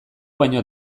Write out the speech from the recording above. baino